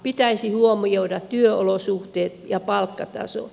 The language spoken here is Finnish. pitäisi huomioida työolosuhteet ja palkkataso